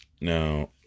now